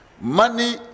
money